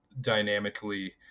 Dynamically